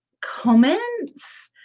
comments